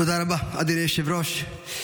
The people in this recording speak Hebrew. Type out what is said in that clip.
תודה רבה, אדוני היושב-ראש.